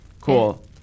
Cool